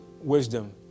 wisdom